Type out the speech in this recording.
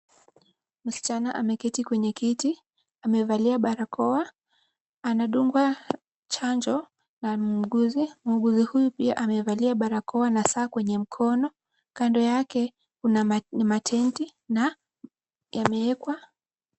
Msichana ameketi kwenye kiti, amevalia barakoa, anadungwa chanjo na muuguzi. Muuguzi huyu pia amevalia barakoa na saa kwenye mkono, kando yake kuna matenti na yamewekwa.